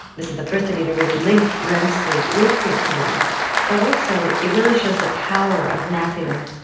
this is the first study to really link rem sleep with creativity but also it really shows the power of napping.